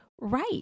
Right